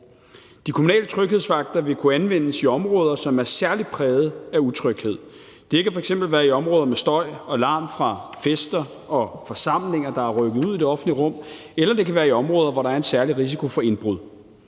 De kommunale tryghedsvagter vil kunne anvendes i områder, som er særlig præget af utryghed. Det kan f.eks. være i områder med støj og larm fra fester og forsamlinger, der er rykket ud i det offentlige rum, eller det kan være i områder, hvor der er en særlig risiko for indbrud.